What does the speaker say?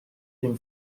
him